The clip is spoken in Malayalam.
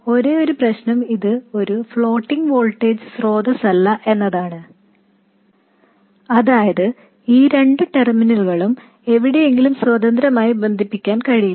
ഒരേയൊരു പ്രശ്നം ഇത് ഒരു ഫ്ലോട്ടിംഗ് വോൾട്ടേജ് സോഴ്സ് അല്ല എന്നതാണ് അതായത് ഈ രണ്ട് ടെർമിനലുകളും എവിടെയെങ്കിലും സ്വതന്ത്രമായി ബന്ധിപ്പിക്കാൻ കഴിയില്ല